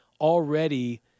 already